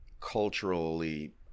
culturally